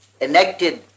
enacted